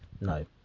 No